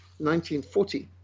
1940